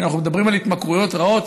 אנחנו מדברים על התמכרויות רעות,